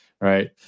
right